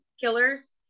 killers